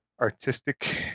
artistic